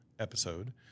episode